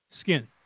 skin